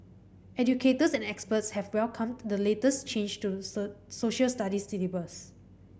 educators and experts have welcomed the latest change to Social Studies syllabus